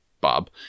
Bob